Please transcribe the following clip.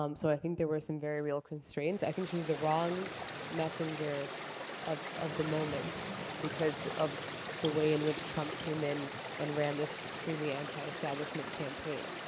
um so i think there were some very real constraints. i think she was the wrong messenger of of the moment because of the way in which trump came in and ran this extremely anti-establishment campaign.